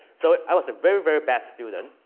so, i was a very, very bad student,